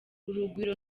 urugwiro